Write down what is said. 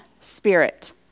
Spirit